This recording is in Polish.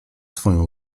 swą